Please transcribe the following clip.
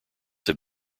have